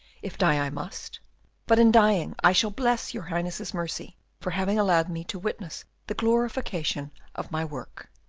if die i must but in dying i shall bless your highness's mercy for having allowed me to witness the glorification of my work.